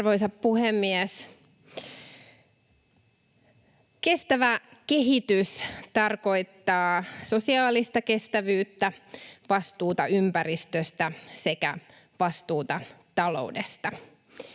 Arvoisa puhemies! Kestävä kehitys tarkoittaa sosiaalista kestävyyttä, vastuuta ympäristöstä sekä vastuuta taloudesta.